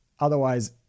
Otherwise